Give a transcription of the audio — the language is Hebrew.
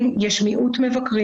יש מיעוט מבקרים